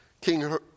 King